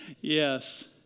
Yes